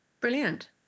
Brilliant